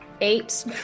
eight